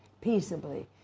peaceably